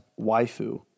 waifu